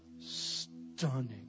stunning